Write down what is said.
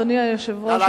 אדוני היושב-ראש,